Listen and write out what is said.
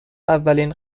اولین